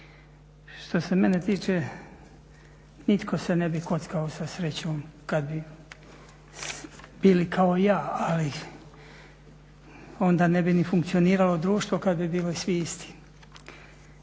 Što se mene tiče nitko se ne bi kockao sa srećom kad bi bili kao ja, ali onda ne bi ni funkcioniralo društvo kad bi bili svi isti.